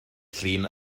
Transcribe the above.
llun